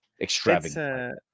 extravagant